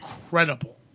incredible